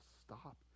stop